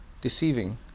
deceiving